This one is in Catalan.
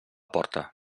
porta